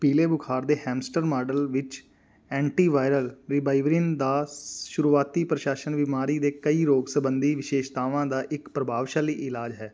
ਪੀਲੇ ਬੁਖ਼ਾਰ ਦੇ ਹੈਮਸਟਰ ਮਾਡਲ ਵਿੱਚ ਐਂਟੀਵਾਇਰਲ ਰਿਬਾਵੀਰਿਨ ਦਾ ਸ਼ੁਰੂਆਤੀ ਪ੍ਰਸ਼ਾਸਨ ਬਿਮਾਰੀ ਦੇ ਕਈ ਰੋਗ਼ ਸੰਬੰਧੀ ਵਿਸ਼ੇਸ਼ਤਾਵਾਂ ਦਾ ਇੱਕ ਪ੍ਰਭਾਵਸ਼ਾਲੀ ਇਲਾਜ ਹੈ